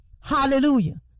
Hallelujah